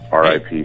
RIP